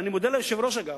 אני מודה ליושב-ראש, אגב.